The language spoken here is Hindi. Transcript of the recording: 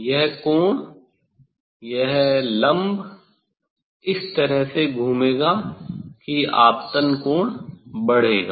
यह कोण यह लम्ब इस तरह से घूमेगा कि आपतन कोण बढ़ेगा